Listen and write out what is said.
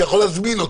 אתה יכול להזמין אותי,